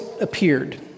appeared